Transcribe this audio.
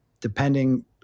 depending